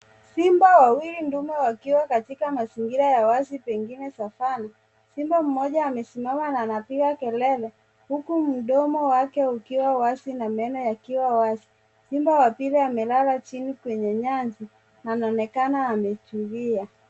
Simba wawili ndume wakiwa katika mazingira ya wazi pengine savanna .Simba mmoja amesimama na anapiga kelele huku mdomo wake ukiwa wazi na meno yakiwa wazi. Simba wa pili amelala chini kwenye nyasi na anaonekana ametulia.